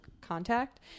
contact